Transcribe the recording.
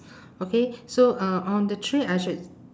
okay so uh on the tree I should